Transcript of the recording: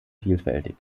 vielfältig